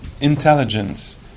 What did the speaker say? intelligence